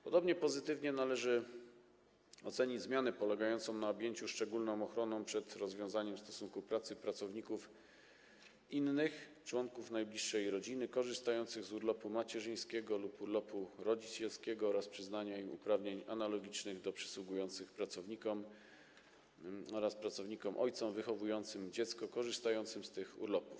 Pozytywnie należy ocenić również zmianę polegającą na objęciu szczególną ochroną przed rozwiązaniem stosunku pracy pracowników - innych członków najbliższej rodziny korzystających z urlopu macierzyńskiego lub urlopu rodzicielskiego oraz przyznaniu im uprawnień analogicznych do tych przysługujących pracownikom oraz pracownikom - ojcom wychowującym dziecko korzystającym z tych urlopów.